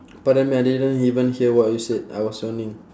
pardon me I didn't even hear what you said I was yawning